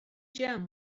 gem